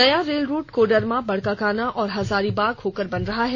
नया rail route Koderma Barkakana और हजारीबाग होकर बन रहा है